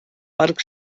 parc